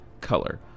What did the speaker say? color